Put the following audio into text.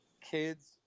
kids